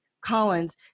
Collins